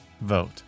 vote